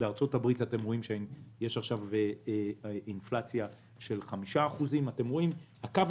בארצות הברית אתם רואים שיש עכשיו אינפלציה של 5%. הקו